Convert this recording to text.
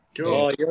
cool